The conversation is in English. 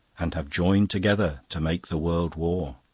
and have joined together to make the world war.